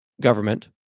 government